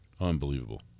Unbelievable